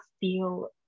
feel